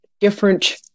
different